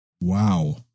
Wow